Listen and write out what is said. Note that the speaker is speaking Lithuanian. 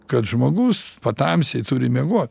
kad žmogus patamsyje turi miegot